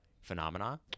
phenomena